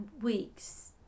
weeks